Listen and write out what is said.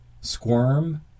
squirm